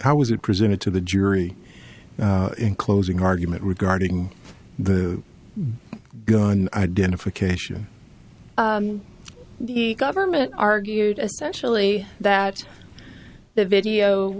how was it presented to the jury in closing argument regarding the gun identification the government argued essentially that the video